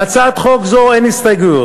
להצעת חוק זאת אין הסתייגויות,